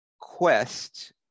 Quest